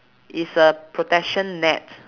is a protection net